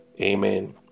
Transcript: Amen